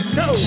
no